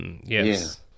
yes